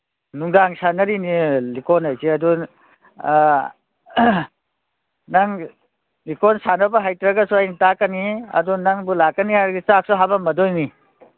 ꯅꯨꯡꯗꯥꯡ ꯁꯥꯟꯅꯔꯤꯅꯦ ꯂꯤꯀꯣꯟ ꯍꯥꯏꯁꯦ ꯑꯗꯨ ꯅꯪ ꯂꯤꯀꯣꯟ ꯁꯥꯟꯅꯕ ꯍꯩꯇ꯭ꯔꯒꯁꯨ ꯑꯩꯅ ꯇꯥꯛꯀꯅꯤ ꯑꯗꯨ ꯅꯪꯕꯨ ꯂꯥꯛꯀꯅꯤ ꯍꯥꯏꯔꯗꯤ ꯆꯥꯛꯁꯨ ꯍꯥꯞꯄꯝꯃꯗꯣꯏꯅꯤ